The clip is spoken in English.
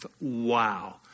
Wow